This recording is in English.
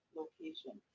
location